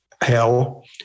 hell